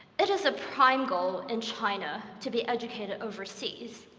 it is a prime goal in china to be educated overseas,